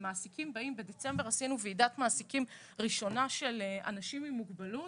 בדצמבר עשינו ועידת מעסיקים ראשונה של אנשים עם מוגבלות.